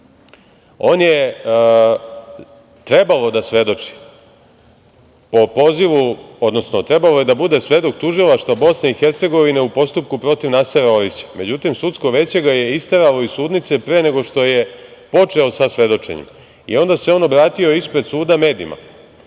On je trebao da svedoči po pozivu, odnosno trebao je da bude svedok tužilaštva BiH u postupku protiv Nasera Orića. Međutim sudsko veće ga je isteralo iz sudnice pre nego što je počeo sa svedočenjem i onda se on obratio ispred suda medijima.